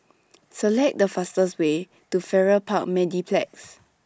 Select The fastest Way to Farrer Park Mediplex